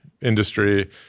industry